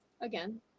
again